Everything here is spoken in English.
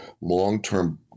Long-term